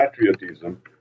patriotism